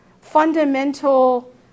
fundamental